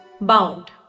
Bound